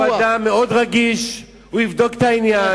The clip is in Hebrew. הוא אדם מאוד רגיש, הוא יבדוק את העניין.